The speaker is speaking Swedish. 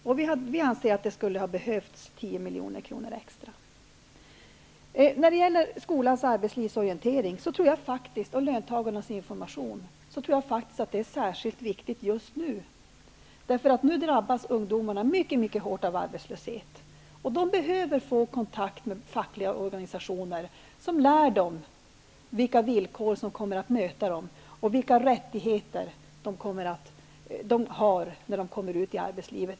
Vi anser därför att det skulle ha behövts 10 Skolans arbetslivsorientering och löntagarnas information tror jag faktiskt är särskilt viktiga saker just nu, eftersom ungdomarna nu drabbas mycket hårt av arbetslöshet. De behöver få kontakt med fackliga organisationer, som lär dem vilka villkor som kommer att möta dem och vilka rättigheter de har när de kommer ut i arbetslivet.